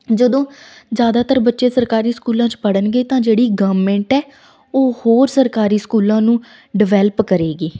ਜਦੋਂ ਜ਼ਿਆਦਾਤਰ ਬੱਚੇ ਸਰਕਾਰੀ ਸਕੂਲਾਂ 'ਚ ਪੜ੍ਹਨਗੇ ਤਾਂ ਜਿਹੜੀ ਗਵਰਨਮੈਂਟ ਹੈ ਉਹ ਹੋਰ ਸਰਕਾਰੀ ਸਕੂਲਾਂ ਨੂੰ ਡਿਵੈਲਪ ਕਰੇਗੀ